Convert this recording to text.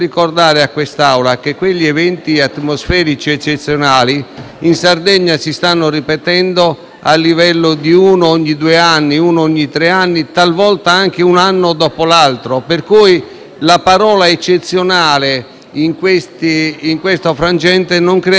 in Sardegna, si stanno ripetendo a livello di uno ogni due o tre anni, talvolta anche un anno dopo l'altro, per cui la parola eccezionale, in questo frangente, non credo sia quella più appropriata. Ringrazio